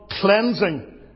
cleansing